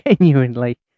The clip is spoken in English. Genuinely